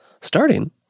Starting